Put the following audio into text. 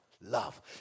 love